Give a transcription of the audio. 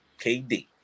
KD